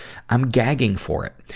i'm gagging for it.